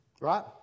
right